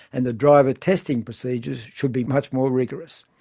and that driver-testing procedures should be much more rigorous.